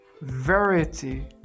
verity